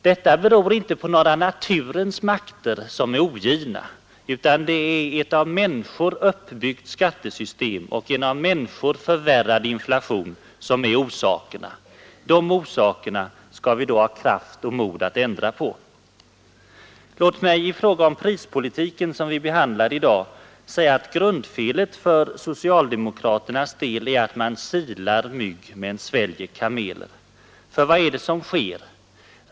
Detta beror inte på några naturens makter som är ogina. Det är i stället ett av människor uppbyggt skattesystem och en av människor förvärrad inflation som är orsakerna. De orsakerna skall vi då ha kraft och mod att ändra på. Låt mig i fråga om prispolitiken, som vi behandlar i dag, säga att grundfelet för socialdemokraternas del är att man silar mygg men sväljer kameler. För vad är det som sker?